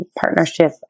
partnership